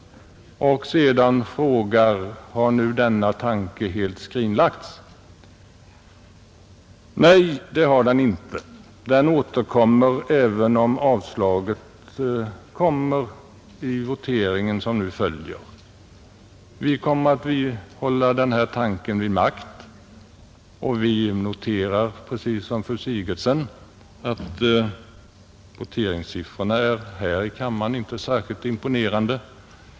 Har nu denna tanke helt skrinlagts?” Nej, det har den inte. Den återkommer även om vi får avslag på vår motion i den votering som nu följer. Vi kommer att hålla denna tanke vid liv och noterar precis som fru Sigurdsen att voteringssiffrorna här i kammaren inte är särskilt imponerande.